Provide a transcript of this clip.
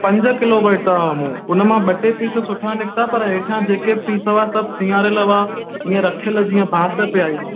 पंज किलो वरिता हा मूं उन मां ॿ टे पीस सुठा निकिता पर हेठां जेके भी पीस हुआ सभु सिंयारल हुआ हीअं रखियल जीअं बांस पिए आई